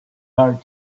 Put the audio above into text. hard